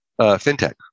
FinTech